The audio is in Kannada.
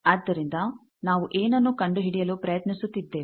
ಆದ್ದರಿಂದ ನಾವು ಏನನ್ನು ಕಂಡುಹಿಡಿಯಲು ಪ್ರಯತ್ನಿಸುತ್ತಿದ್ದೇವೆ